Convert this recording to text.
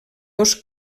dos